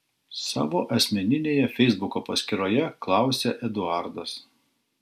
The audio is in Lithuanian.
savo asmeninėje feisbuko paskyroje klausia eduardas